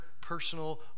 personal